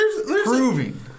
Proving